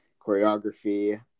choreography